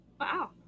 Wow